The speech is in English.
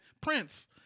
Prince